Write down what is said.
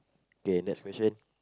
okay next question